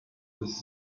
des